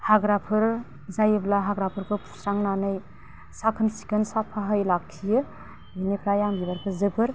हाग्राफोर जायोब्ला हाग्राफोरखौ फुस्रांनानै साखोन सिखोन साफाहै लाखियो बिनिफ्राय आं बिबारखौ जोबोर